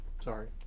Sorry